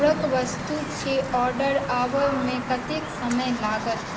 पूरक वस्तुके ऑडर आबैमे कतेक समय लागत